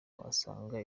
wasanga